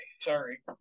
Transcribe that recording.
Sorry